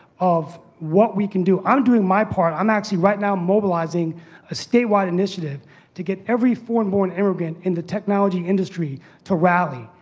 of what we can do. i'm doing my part, i'm actually right now mobilizing a state-wide initiative to get every foreign-born immigrant in the technology industry to rally.